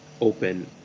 open